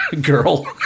girl